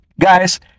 guys